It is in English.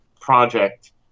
project